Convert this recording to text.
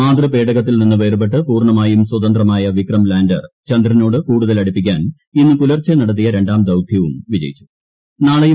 മാതൃപേടകത്തിൽ നിന്ന് വേർപെട്ട് പൂർണമായും സ്വതന്ത്രമായ വിക്രം ലാൻഡർ ചന്ദ്രനോട് കൂടുതൽ അടുപ്പിക്കാൻ ഇന്ന് പുലർച്ചെ നടത്തിയ രണ്ടാം ദൌത്യവും വിജയിച്ചു